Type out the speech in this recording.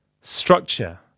structure